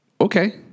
okay